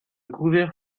couvert